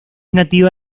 nativa